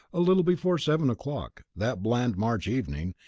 a little before seven o'clock that bland march evening,